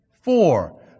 Four